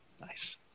Nice